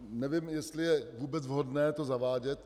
Nevím, jestli je vůbec vhodné to zavádět.